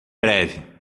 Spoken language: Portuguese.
breve